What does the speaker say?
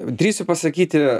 drįsiu pasakyti